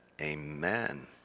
amen